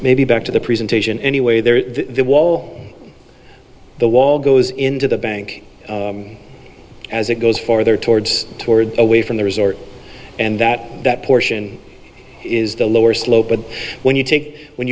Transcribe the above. maybe back to the presentation anyway the wall the wall goes into the bank as it goes farther towards toward away from the resort and that that portion is the lower slope but when you take when